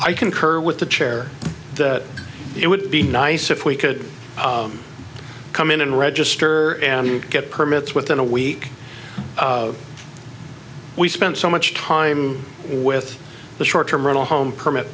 i concur with the chair that it would be nice if we could come in and register and get permits within a week we spent so much time with the short term rental home permit